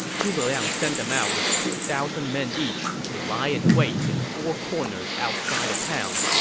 zhuge liang sent them out with two thousand men each to lie in wait in the four corners outside the town.